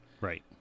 Right